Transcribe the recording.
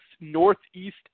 Northeast